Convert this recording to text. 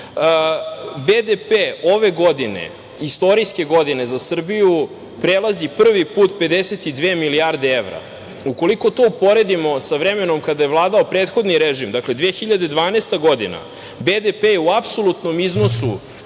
ove godine, istorijske godine za Srbiju, prelazi prvi put 52 milijarde evra. ukoliko to uporedimo sa vremenom kada je vladao prethodni režim, dakle 2012. godina, BDP u apsolutnom iznosu